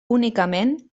únicament